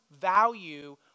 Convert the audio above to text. value